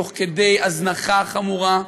תוך כדי הזנחה חמורה,